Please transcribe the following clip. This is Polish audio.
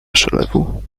przelewu